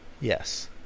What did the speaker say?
Yes